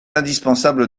indispensable